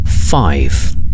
five